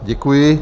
Děkuji.